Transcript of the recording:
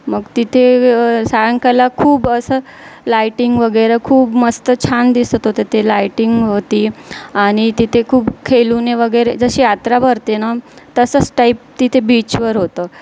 मग तिथे सायंकाळला खूप असं लायटिंग वगैरे खूप मस्त छान दिसत होतं ते लायटिंग होती आणि तिथे खूप खेलूने वगैरे जशी यात्रा भरते ना तसंच टाईप तिथे बीचवर होतं